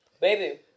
Baby